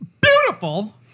beautiful